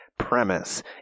premise